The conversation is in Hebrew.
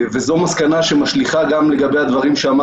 וזו מסקנה שמשליכה גם לגבי הדברים שאמר